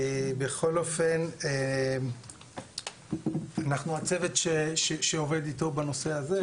בכל אופן אנחנו הצוות שעובד אתו בנושא הזה.